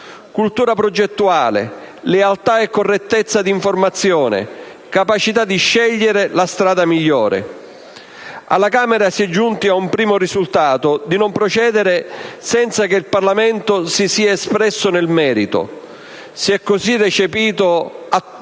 cultura progettuale, lealtà e correttezza di informazione, capacità di scegliere la strada migliore. Alla Camera si è giunti ad un primo risultato, quello di non procedere senza che il Parlamento si sia espresso nel merito; si è così recepita concretamente